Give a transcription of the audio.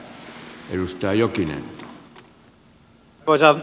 arvoisa herra puhemies